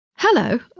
hello.